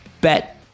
bet